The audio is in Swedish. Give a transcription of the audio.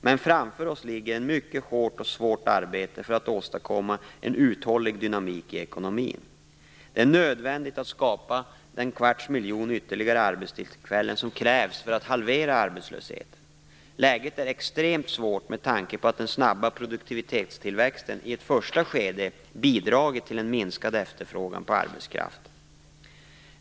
Men framför oss ligger ett mycket hårt och svårt arbete för att åstadkomma en uthållig dynamik i ekonomin. Det är nödvändigt för att skapa den kvarts miljon ytterligare arbetstillfällen som krävs för att halvera arbetslösheten. Läget är extremt svårt med tanke på att den snabba produktivitetstillväxten i ett första skede bidragit till en minskad efterfrågan på arbetskraft.